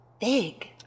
big